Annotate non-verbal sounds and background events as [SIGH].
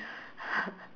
[LAUGHS]